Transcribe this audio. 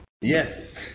Yes